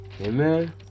Amen